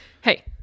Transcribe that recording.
Hey